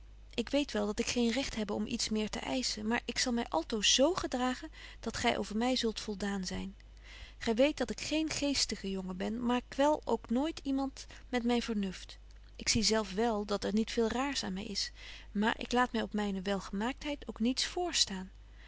ik weet wel dat ik geen recht hebbe om iets meer te eischen maar ik zal my betje wolff en aagje deken historie van mejuffrouw sara burgerhart altoos z gedragen dat gy over my zult voldaan zyn gy weet dat ik geen geestige jongen ben maar ik kwel ook nooit iemand met myn vernuft ik zie zelf wél dat er niet veel raêrs aan my is maar ik laat my op myne welgemaaktheid ook niets